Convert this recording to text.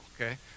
okay